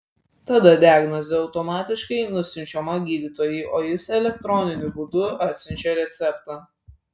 tada diagnozė automatiškai nusiunčiama gydytojui o jis elektroniniu būdu atsiunčia receptą